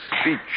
speech